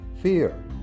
Fear